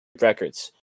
Records